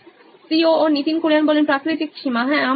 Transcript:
Nitin Kurian C O O নোইন electronics প্রাকৃতিক সীমা হ্যাঁ